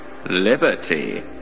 Liberty